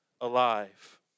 alive